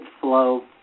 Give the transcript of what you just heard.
flow